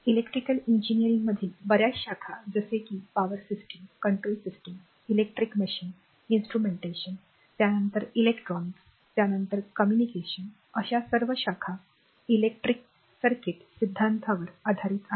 electrical इंजीनियरिंगमधील बऱ्याच शाखा जसे की power system control system electric machine instrumentation त्यानंतर इलेक्ट्रॉनिक्स त्यानंतर कम्युनिकेशन अशा सर्व शाखा इलेक्ट्रिक सर्किट सिद्धांतावर आधारित आहेत